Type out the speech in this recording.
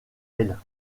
elle